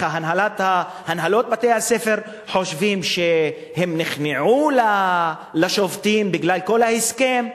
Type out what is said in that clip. הנהלות בתי-הסוהר חושבות שהן נכנעו לשובתים בגלל כל ההסכם,